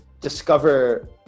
discover